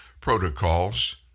protocols